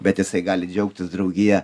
bet jisai gali džiaugtis draugija